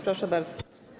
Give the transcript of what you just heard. Proszę bardzo.